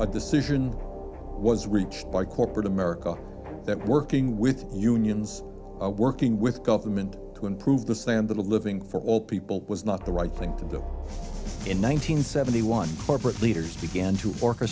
a decision was reached by corporate america that working with unions working with government to improve the standard of living for all people was not the right thing to do in one nine hundred seventy one corporate leaders began to or